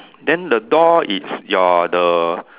then the door it's your the